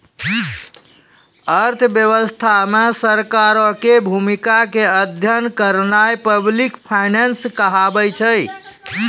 अर्थव्यवस्था मे सरकारो के भूमिका के अध्ययन करनाय पब्लिक फाइनेंस कहाबै छै